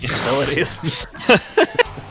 abilities